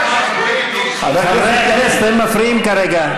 חברי הכנסת, אתם מפריעים כרגע.